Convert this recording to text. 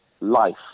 life